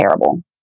terrible